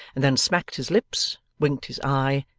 and then smacked his lips, winked his eye,